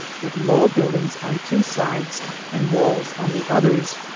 with low build ings on two sides and walls on the others.